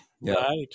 Right